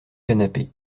canapé